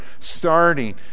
starting